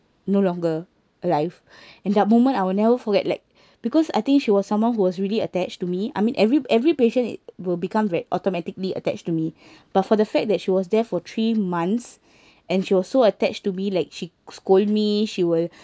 no longer alive and that moment I will never forget like because I think she was someone who was really attached to me I mean every every patient it will become ve~ automatically attached to me but for the fact that she was there for three months and she was so attached to be like she scold me she will